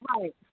Right